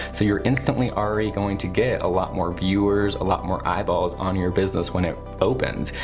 so you're instantly already going to get a lot more viewers, a lot more eyeballs on your business when it opens.